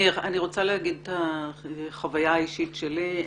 אני רוצה לומר את החוויה האישית שלי,